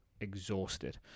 exhausted